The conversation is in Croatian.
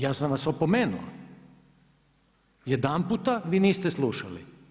Ja sam vas opomenuo, jedanputa, vi niste slušali.